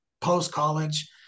post-college